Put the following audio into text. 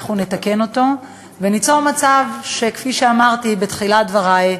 אנחנו נתקן אותו וניצור מצב שכפי שאמרתי בתחילת דברי,